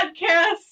podcast